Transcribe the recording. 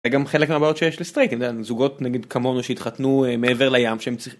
זה גם חלק מהבעיות של סטרייטים זוגות נגד כמונו שהתחתנו מעבר לים.